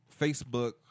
Facebook